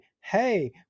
hey